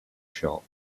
shop